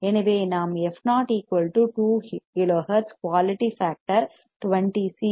எனவே நாம் fo 2 kilo hertz quality factor 20 C